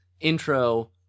intro